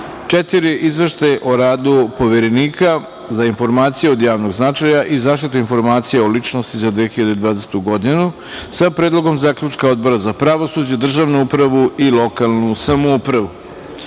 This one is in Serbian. Izveštaj o radu Poverenika za informacije od javnog značaja i zaštitu podataka o ličnosti za 2020. godinu, sa Predlogom zaključka Odbora za pravosuđe, državnu upravu i lokalnu samoupravu. Narodni